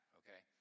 okay